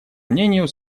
мнению